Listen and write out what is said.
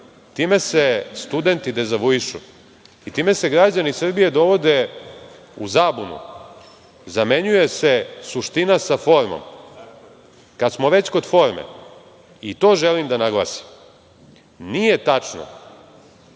time se studenti dezavuišu i time se građani Srbije dovode u zabunu. Zamenjuje se suština sa formom. Kada smo već kod forme, i to želim da naglasim, nije tačno